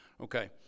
okay